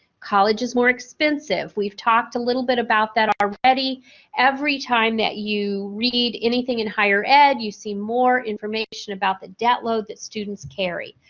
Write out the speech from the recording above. college is more expensive. we've talked a little bit about that already. every time that you read anything in higher ed you see more information about the debt load that students carry.